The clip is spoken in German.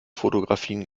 fotografien